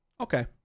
Okay